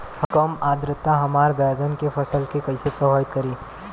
कम आद्रता हमार बैगन के फसल के कइसे प्रभावित करी?